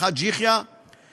חאג' יחיא ופרי,